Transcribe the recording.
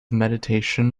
meditation